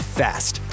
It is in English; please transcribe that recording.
fast